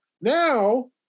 Now